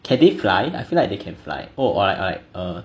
can they fly I feel like they can fly oh what like err